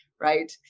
right